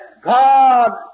God